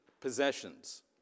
possessions